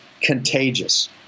contagious